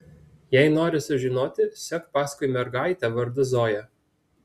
jei nori sužinoti sek paskui mergaitę vardu zoja